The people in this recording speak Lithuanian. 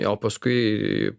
o paskui